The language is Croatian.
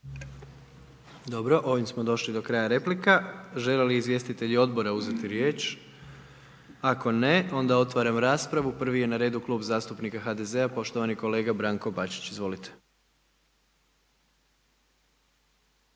i sada idemo vidjeti, želi li izvjestitelj odbora uzeti riječ? Ako ne, otvaram raspravu, prvi je na redu Klub zastupnika HDZ-a poštovani kolega Josip Borić. **Borić,